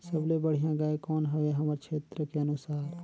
सबले बढ़िया गाय कौन हवे हमर क्षेत्र के अनुसार?